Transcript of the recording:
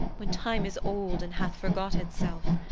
when time is old and hath forgot itself,